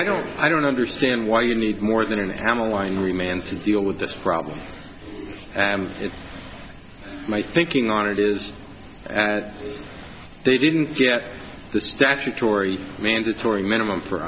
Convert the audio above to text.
i don't i don't understand why you need more than an animal line remained to deal with this problem and it's my thinking on it is that they didn't get the statutory mandatory minimum for